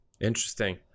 interesting